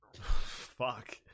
Fuck